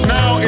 now